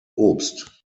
obst